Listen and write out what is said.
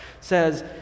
says